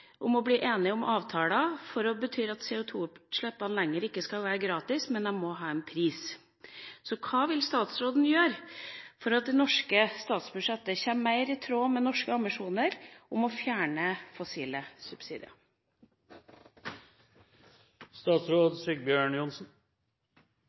bli enige om avtaler. Det betyr at CO2-utslippene ikke lenger skal være gratis, men de må ha en pris. Så hva vil statsråden gjøre for at det norske statsbudsjettet kommer mer i tråd med norske ambisjoner om å fjerne fossile